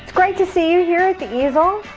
great to see you here at the easel.